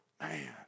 Man